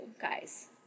guys